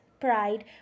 pride